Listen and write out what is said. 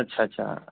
अच्छा अच्छा